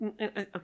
okay